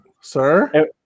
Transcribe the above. Sir